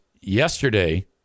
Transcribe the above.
yesterday